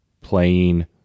playing